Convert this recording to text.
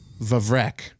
Vavrek